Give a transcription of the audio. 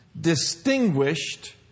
distinguished